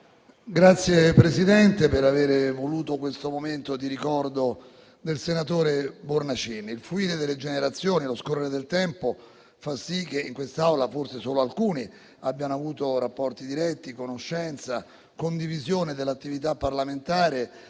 Grazie, Presidente, per aver voluto questo momento di ricordo del senatore Bornacin. Il fluire delle generazioni e lo scorrere del tempo fanno sì che in quest'Aula forse solo alcuni abbiano avuto rapporti diretti, conoscenza, condivisione dell'attività parlamentare